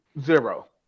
zero